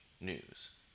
news